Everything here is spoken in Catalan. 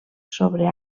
sobre